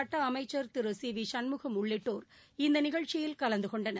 சுட்டஅமைச்சர் திருசிவிசண்முகம் உள்ளிட்டோர் இந்தநிகழ்ச்சியில் கலந்துகொண்டனர்